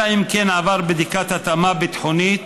אלא אם כן עבר בדיקת התאמה ביטחונית